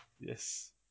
Yes